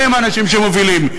אלה הם האנשים שמובילים,